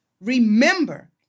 remember